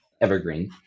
evergreen